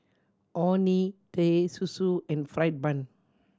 Orh Nee Teh Susu and fried bun